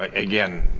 ah again,